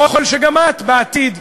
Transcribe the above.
יכול שגם את בעתיד,